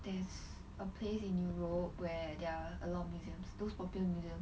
there's a place in europe where there are alot of museums those popular museum